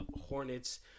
Hornets